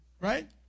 right